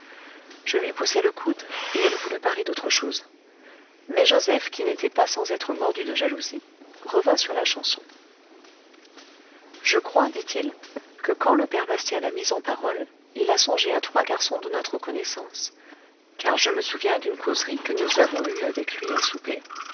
je lui poussai le coude et elle voulut parler d'autre chose mais joseph qui n'était pas sans être mordu de jalousie revint sur la chanson je crois dit-il que quand le père bastien l'a mise en paroles il a songé à trois garçons de notre connaissance car je me souviens d'une causerie que nous avons eue avec lui à souper